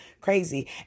crazy